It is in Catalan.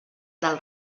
del